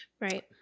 Right